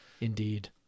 Indeed